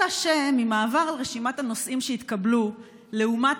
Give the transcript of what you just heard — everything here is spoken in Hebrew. אלא שממעבר על רשימת הנושאים שהתקבלו לעומת